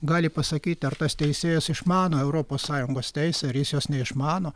gali pasakyt ar tas teisėjas išmano europos sąjungos teisę ar jis jos neišmano